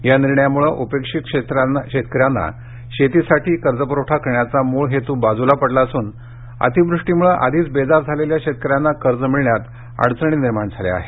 या निर्णयामुळे उपेक्षित शेतकऱ्यांना शेतीसाठी कर्जप्रवठा करण्याचा मृळ हेतू बाजूला पडला असून अतिवृष्टीमुळे आधीच बेजार झालेल्या शेतकऱ्यांना कर्ज मिळण्यात अडचणी निर्माण झाल्या आहेत